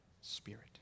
spirit